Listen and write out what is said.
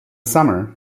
summer